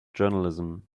journalism